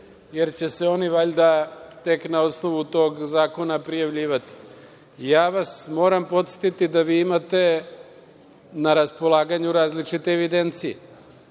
jer će se oni valjda tek na osnovu tog zakona prijavljivati. Ja vas moram podsetiti da vi imate na raspolaganju različite evidencije